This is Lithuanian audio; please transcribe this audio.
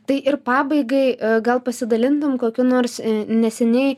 tai ir pabaigai gal pasidalintum kokiu nors neseniai